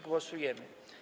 Głosujemy.